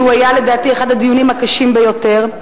שהיה לדעתי אחד הדיונים הקשים ביותר,